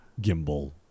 gimbal